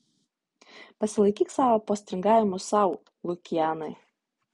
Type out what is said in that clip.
pasilaikyk savo postringavimus sau lukianai